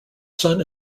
sun